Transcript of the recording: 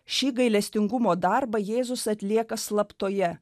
šį gailestingumo darbą jėzus atlieka slaptoje